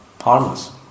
Harmless